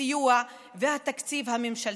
הסיוע והתקציב הממשלתי,